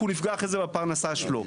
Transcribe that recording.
כי הוא נפגע אחרי זה בפרנסה שלו.